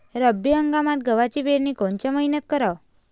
रब्बी हंगामात गव्हाची पेरनी कोनत्या मईन्यात कराव?